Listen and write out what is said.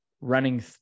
running